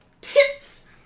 tits